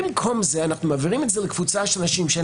במקום זה אנחנו מעבירים את זה לקבוצה של אנשים שאין